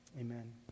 Amen